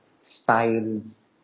styles